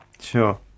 sure